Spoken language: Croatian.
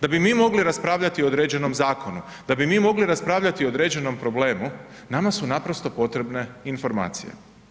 Da bi mi mogli raspravljati o određenom zakonu, da bi mi mogli raspravljati o određenom problemu, nama su naprosto potrebne informacije.